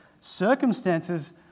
circumstances